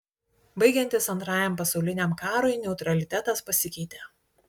baigiantis antrajam pasauliniam karui neutralitetas pasikeitė